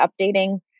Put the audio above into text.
updating